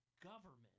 government